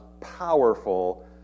powerful